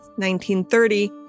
1930